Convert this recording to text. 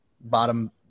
bottom